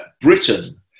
Britain